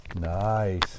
Nice